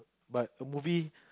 but movie